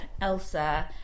Elsa